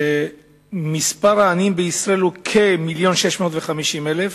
מספר העניים בישראל הוא כ-1.650 מיליון,